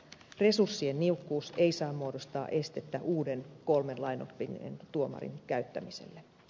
resurssien niukkuus ei saa muodostaa estettä uudelle kolmen lainoppineen tuomarin käyttämiselle